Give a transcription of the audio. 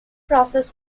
process